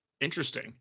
interesting